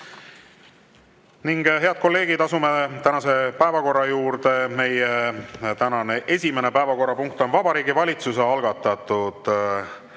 Head kolleegid, asume tänase päevakorra juurde. Meie tänane esimene päevakorrapunkt on Vabariigi Valitsuse algatatud